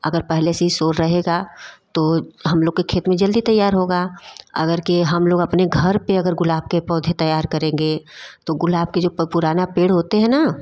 अगर पहले से सोर रहेगा तो हम लोग के खेत में जल्दी तैयार होगा अगर के हम लोग अपने घर पे गुलाब के पौधे तैयार करेंगे तो गुलाब के जो पुराना पेड़ होते हैना